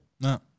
No